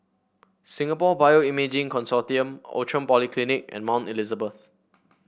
Singapore Bioimaging Consortium Outram Polyclinic and Mount Elizabeth